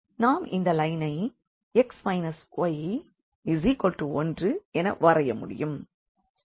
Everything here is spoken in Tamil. நாம் இந்த லைனை x y1 என வரைய முடியும்